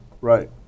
Right